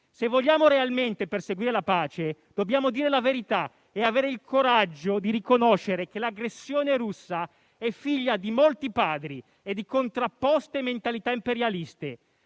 Se vogliamo realmente perseguire la pace, dobbiamo dire la verità e avere il coraggio di riconoscere che l'aggressione russa è figlia di molti padri e di contrapposte mentalità imperialiste: